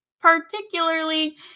particularly